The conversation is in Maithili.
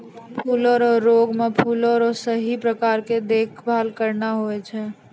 फूलो रो रोग मे फूलो रो सही प्रकार से देखभाल करना हुवै छै